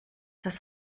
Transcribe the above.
das